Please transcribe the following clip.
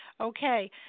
Okay